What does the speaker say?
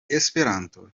esperanto